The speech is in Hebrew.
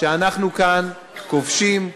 שאנחנו כאן כובשים,